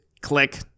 click